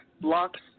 blocks